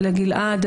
לגלעד,